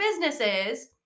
businesses